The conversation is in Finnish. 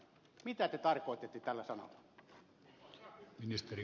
mitä te tarkoititte tällä sanalla